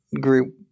group